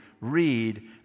read